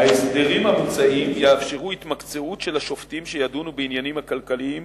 ההסדרים המוצעים יאפשרו התמקצעות של השופטים שידונו בעניינים הכלכליים